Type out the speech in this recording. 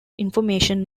information